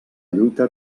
lluita